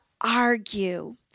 argue